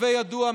הווי ידוע,